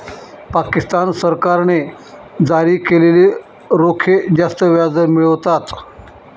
पाकिस्तान सरकारने जारी केलेले रोखे जास्त व्याजदर मिळवतात